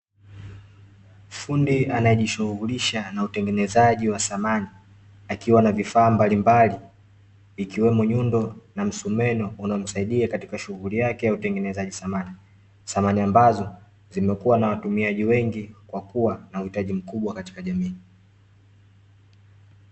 Fundi anayejishughulisha na utengenezaji wa samani akiwa na vifaa mbalimbali, ikiwemo nyundo na msumeno unaomsaidia katika shuhuli yake ya utengenezaji samani. Samani ambazo zimekua na watumiaji wengi kwa kuwa na uhitaji mkubwa katika jamii.